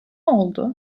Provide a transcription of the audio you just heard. oldu